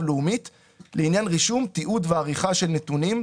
לאומית לעניין רישום תיעוד ועריכה של נתונים,